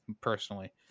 personally